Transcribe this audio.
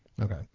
Okay